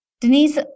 Denise